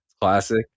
classic